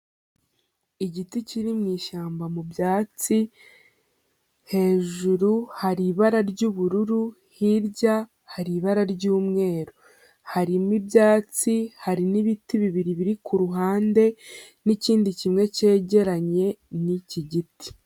Igiti kiri mu ishyamba mu byatsi, hejuru hari ibara ry'ubururu, hirya hari ibara ry'umweru. Harimo ibyatsi, hari n'ibiti bibiri biri ku ruhande n'ikindi kimwe cyegeranye n'iki giti.